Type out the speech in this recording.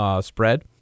spread